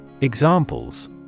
Examples